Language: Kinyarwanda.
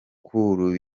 cool